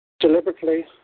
deliberately